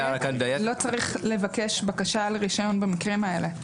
לא צריך לבקש בקשה לרישיון במקרים האלה.